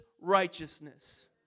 righteousness